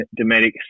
Dometic